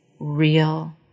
real